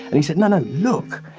and he said, no, no, look.